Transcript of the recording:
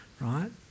right